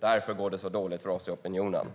Det är alltså därför det går så dåligt för partiet i opinionen.